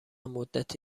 مدتی